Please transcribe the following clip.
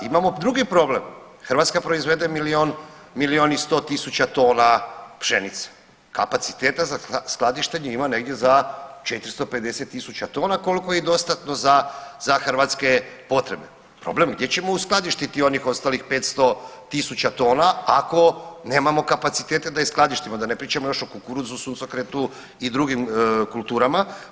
Imamo drugi problem, Hrvatska proizvede milijun, milijun i 100 tisuća tona pšenice, kapaciteta za skladištenje ima negdje za 450 tisuća tona koliko je dostatno za, za hrvatske potrebe, problem je gdje ćemo uskladištiti onih ostalih 500 tisuća tona ako nemamo kapacitete da ih skladištimo da ne pričamo još o kukuruzu, suncokretu i drugim kulturama.